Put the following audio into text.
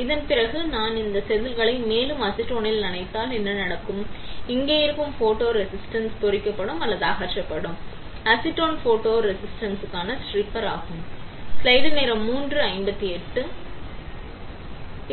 இதற்குப் பிறகு நான் இந்த செதில்களை மேலும் அசிட்டோனில் நனைத்தால் என்ன நடக்கும் இங்கே இருக்கும் போட்டோ ரெசிஸ்ட் பொறிக்கப்படும் அல்லது அகற்றப்படும் அசிட்டோன் போட்டோ ரெசிஸ்டுக்கான ஸ்ட்ரிப்பர் ஆகும்